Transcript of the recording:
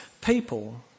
people